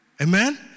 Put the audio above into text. Amen